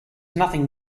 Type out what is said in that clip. nothing